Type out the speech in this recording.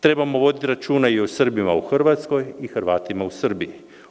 Trebamo voditi računa i o Srbima u Hrvatskoj i o Hrvatima u Srbiji.